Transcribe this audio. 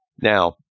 now